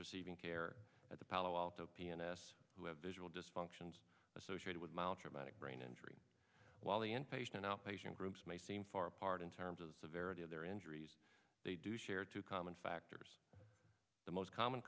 receiving care at the palo alto pianists who have visual dysfunctions associated with mouth traumatic brain injury while the inpatient and outpatient groups may seem far apart in terms of the severity of their injuries they do share two common factors the most common